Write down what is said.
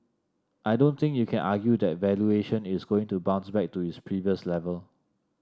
I don't think you can argue that valuation is going to bounce back to its previous level